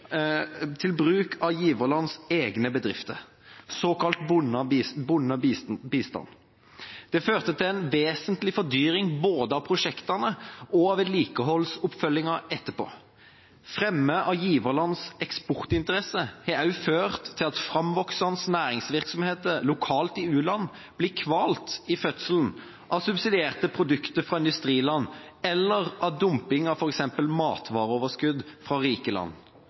til bruk av giverlandets egne bedrifter, såkalt bundet bistand. Det førte til en vesentlig fordyring både av prosjektene og av vedlikeholdsoppfølgingen etterpå. Fremme av giverlands eksportinteresser har også ført til at framvoksende næringsvirksomheter lokalt i u-land blir kvalt i fødselen av subsidierte produkter fra industriland eller av dumping av f.eks. matvareoverskudd fra rike land.